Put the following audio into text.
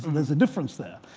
there's a difference there.